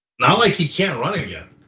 not like he can't run again.